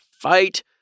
fight